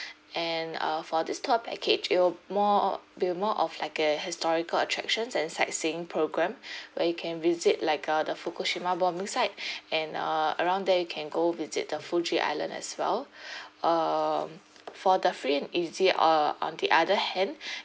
and uh for this tour package it'll more be more of like a historical attractions and sightseeing program where you can visit like uh the fukushima bombing site and uh around there you can go visit the fuji island as well um for the free and easy uh on the other hand